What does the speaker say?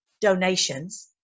donations